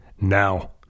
Now